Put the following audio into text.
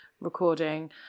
recording